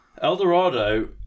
Eldorado